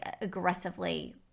aggressively